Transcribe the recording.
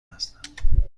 هستم